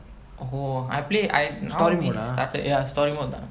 oh I play I now miss started story mode ah ya